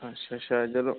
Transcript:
अच्छा अच्छा चलो